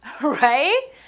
right